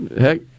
Heck